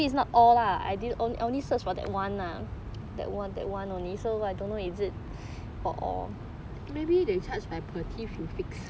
maybe they charge by per teeth they fix